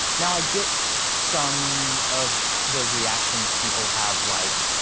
now i get some of the reactions people have like,